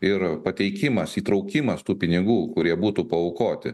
ir pateikimas įtraukimas tų pinigų kurie būtų paaukoti